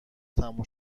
تموم